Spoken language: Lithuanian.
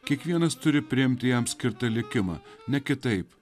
kiekvienas turi priimti jam skirtą likimą ne kitaip